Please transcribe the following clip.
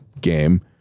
game